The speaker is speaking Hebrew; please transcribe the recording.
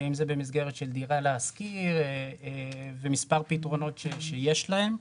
זה במסגרת של דירה להשכיר ומספר פתרונות שיש להם.